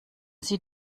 sie